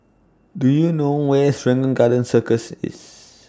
Do YOU know Where IS Serangoon Garden Circus IS